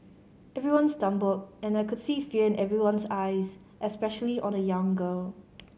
everyone stumbled and I could see fear in everyone's eyes especially on a young girl